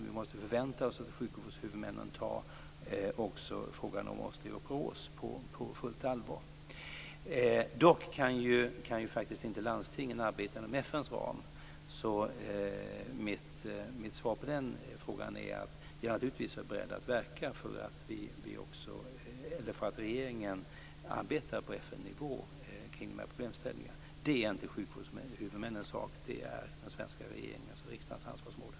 Vi måste förvänta oss att sjukvårdshuvudmännen tar också frågan om osteoporos på fullt allvar. Dock kan ju faktiskt inte landstingen arbeta inom FN:s ram. Mitt svar på den frågan är att regeringen naturligtvis är beredd att arbeta på FN-nivå kring dessa problemställningar. Det är inte sjukvårdshuvudmännens sak, utan det är den svenska regeringens och riksdagens ansvarsområde.